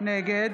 נגד